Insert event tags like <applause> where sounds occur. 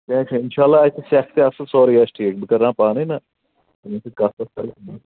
کیٚنہہ چھُنہٕ اِنشاء اللہ آسہِ سٮ۪کھ تہِ اَصٕل سورٕے آسہِ ٹھیٖک بٕہ کَرٕناو پانَے نہ تٔمِس سۭتۍ کَتھ وَتھ <unintelligible>